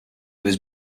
was